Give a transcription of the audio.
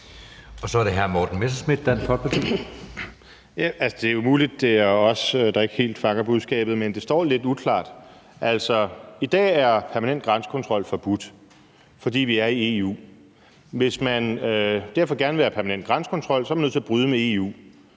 Kl. 15:40 Morten Messerschmidt (DF): Det er jo muligt, at det er os, der ikke helt fanger budskabet, men det står lidt uklart. Altså, i dag er permanent grænsekontrol forbudt, fordi vi er i EU. Hvis man derfor gerne vil have permanent grænsekontrol, er man nødt til at bryde med EU.